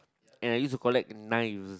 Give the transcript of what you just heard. and I used to collect knives